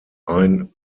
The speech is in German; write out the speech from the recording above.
ein